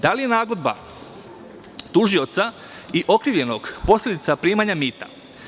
Da li je nagodba tužioca i okrivljenog posledica primanja mita?